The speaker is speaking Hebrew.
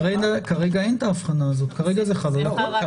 כרגע מה שבפנינו.